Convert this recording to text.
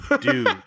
dude